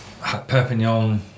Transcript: Perpignan